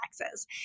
taxes